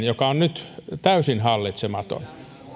joka nyt on täysin hallitsematon